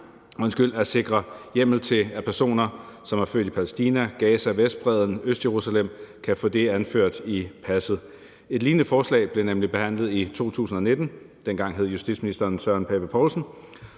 handler om at sikre hjemmel til, at personer, som er født i Palæstina, dvs. Gaza, Vestbredden og Østjerusalem, kan få det anført i passet. Et lignende forslag blev nemlig behandlet i 2019 – dengang hed justitsministeren Søren Pape Poulsen